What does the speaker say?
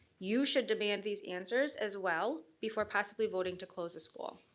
you should demand these answers as well before possibly voting to close the school.